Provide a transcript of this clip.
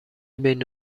بین